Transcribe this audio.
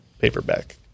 paperback